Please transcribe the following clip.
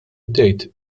bdejt